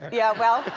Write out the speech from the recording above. yeah. well,